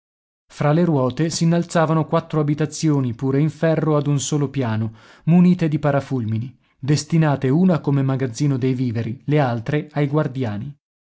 fra le ruote s'innalzavano quattro abitazioni pure in ferro ad un solo piano munite di parafulmini destinate una come magazzino dei viveri le altre ai guardiani